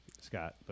Scott